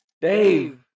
Dave